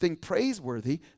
praiseworthy